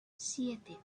siete